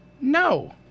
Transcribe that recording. No